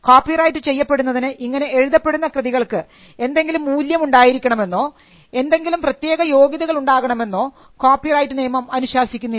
copyright ചെയ്യപ്പെടുന്നതിന് ഇങ്ങനെ എഴുതപ്പെടുന്ന കൃതികൾക്ക് എന്തെങ്കിലും മൂല്യം ഉണ്ടായിരിക്കണമെന്നോ എന്തെങ്കിലും പ്രത്യേക യോഗ്യതകൾ ഉണ്ടാകണമെന്നോ കോപ്പി റൈറ്റ് നിയമം അനുശാസിക്കുന്നില്ല